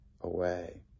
away